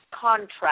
contract